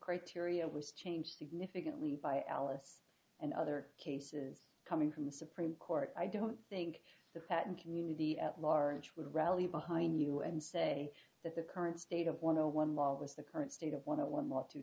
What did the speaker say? criteria was changed significantly by alice and other cases coming from the supreme court i don't think the patent community at large would rally behind you and say that the current state of want to one law is the current state of what it one last two